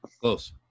close